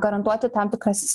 garantuoti tam tikras